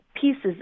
pieces